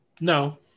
No